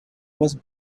was